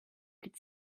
could